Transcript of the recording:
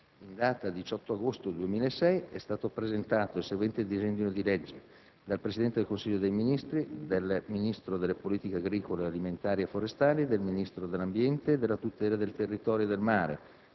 In data 18 agosto 2006 e` stato presentato il seguente disegno di legge: dal Presidente del Consiglio dei ministri, dal Ministro delle politiche agricole alimentari e forestali, dal Ministro dell’ambiente e della tutela del territorio e del mare,